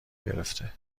گرفته